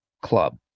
club